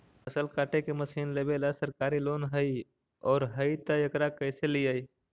फसल काटे के मशीन लेबेला सरकारी लोन हई और हई त एकरा कैसे लियै?